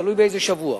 תלוי באיזה שבוע.